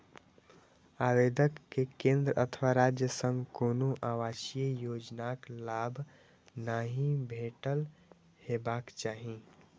आवेदक कें केंद्र अथवा राज्य सं कोनो आवासीय योजनाक लाभ नहि भेटल हेबाक चाही